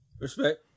Respect